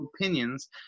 opinions